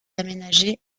aménagé